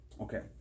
okay